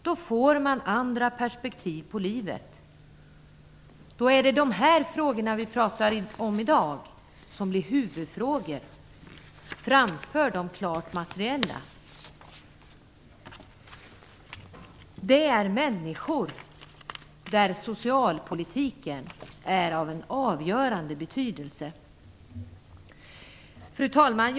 Då får man andra perspektiv på livet. Då är det de frågor som vi pratar om här i dag som blir huvudfrågor och viktigare än de som rör det materiella. För människor i sådana situationer är socialpolitiken av en avgörande betydelse. Fru talman!